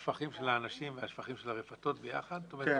השפכים של האנשים והרפתות, ביחד?